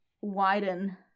widen